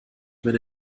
wenn